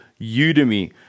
Udemy